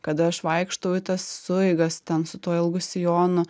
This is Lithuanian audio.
kad aš vaikštau į tas sueigas ten su tuo ilgu sijonu